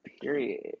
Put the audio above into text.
period